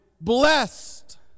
blessed